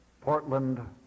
Portland